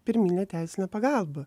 pirminė teisinė pagalba